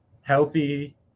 healthy